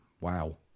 Wow